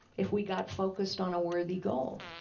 if we got focused on a worthy goal.